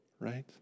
right